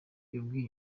yabwiye